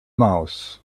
mouth